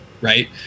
right